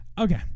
Okay